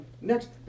Next